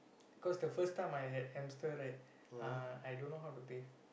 cause the first time I had hamster right uh I don't know how to bathe